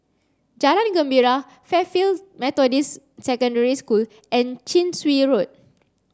Jalan Gembira Fairfield Methodist Secondary School and Chin Swee Road